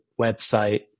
website